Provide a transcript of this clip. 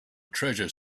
treasure